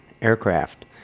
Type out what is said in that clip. aircraft